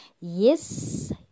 Yes